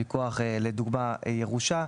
מכוח ירושה,